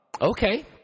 Okay